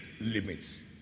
limits